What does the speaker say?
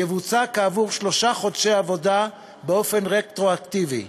יבוצע כעבור שלושה חודשי עבודה באופן רטרואקטיבי,